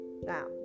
now